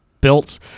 built